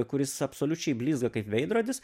kuris absoliučiai blizga kaip veidrodis